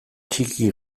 txiki